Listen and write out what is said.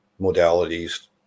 modalities